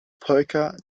polka